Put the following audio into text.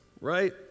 right